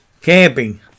camping